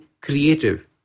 creative